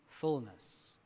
fullness